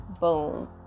boom